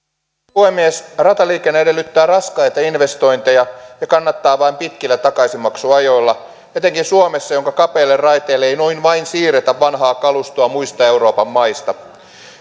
puhemies rataliikenne edellyttää raskaita investointeja ja kannattaa vain pitkillä takaisinmaksuajoilla etenkin suomessa jonka kapeille raiteille ei noin vain siirretä vanhaa kalustoa muista euroopan maista